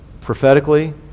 prophetically